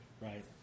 Right